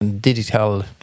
digital